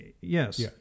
Yes